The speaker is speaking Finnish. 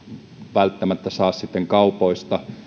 välttämättä saa sitten kaupoista